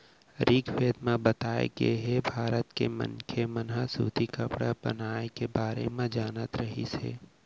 ऋगवेद म बताए गे हे के भारत के मनखे मन ह सूती कपड़ा बनाए के बारे म जानत रहिस हे